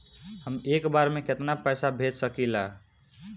हम एक बार में केतना पैसा भेज सकिला?